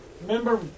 Remember